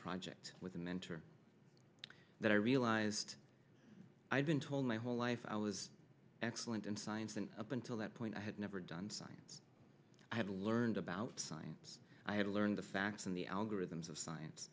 project with a mentor that i realized i'd been told my whole life i was excellent in science and up until that point i had never done science i had learned about science i had learned the facts and the algorithms of science